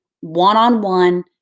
one-on-one